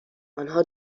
آنها